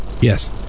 Yes